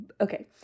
Okay